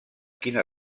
quina